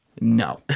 No